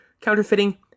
counterfeiting